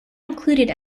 included